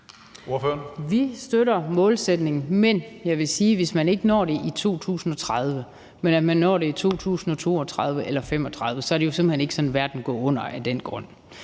Vi støtter målsætningen, men jeg vil sige, at hvis man ikke når det i 2030, men i 2032 eller 2035, så er det jo ikke sådan, at verden går under af den grund.